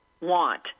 Want